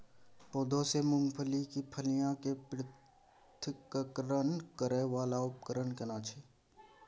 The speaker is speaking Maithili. पौधों से मूंगफली की फलियां के पृथक्करण करय वाला उपकरण केना छै?